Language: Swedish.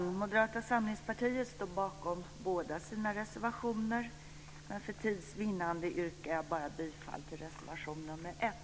Vi i Moderata samlingspartiet står bakom båda våra reservationer, men för tids vinnande yrkar jag bifall enbart till reservation nr 1.